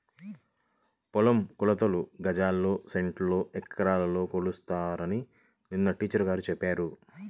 పొలం కొలతలు గజాల్లో, సెంటుల్లో, ఎకరాల్లో కొలుస్తారని నిన్న టీచర్ గారు చెప్పారు